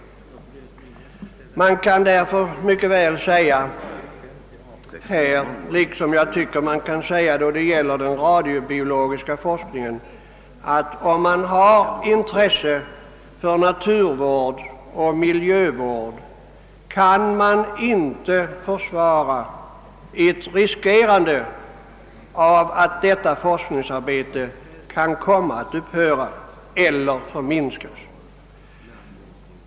Därför kan man beträffande denna forskning, liksom när det gäller den radiobiologiska forskningen — om man har intresse för naturvård och miljövård — inte försvara ett riskerande av att detta forskningsarbete kan komma att upphöra eller förminskas.